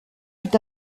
fut